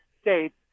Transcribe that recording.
states